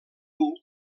dur